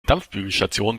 dampfbügelstation